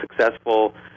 successful